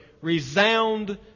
resound